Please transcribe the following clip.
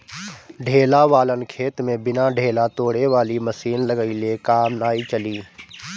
ढेला वालन खेत में बिना ढेला तोड़े वाली मशीन लगइले काम नाइ चली